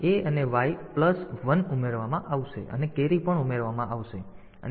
તેથી આમાં a અને Y પ્લસ 1 ઉમેરવામાં આવશે અને કેરી પણ ઉમેરવામાં આવશે